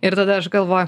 ir tada aš galvoju